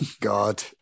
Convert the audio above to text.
God